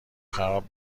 خراب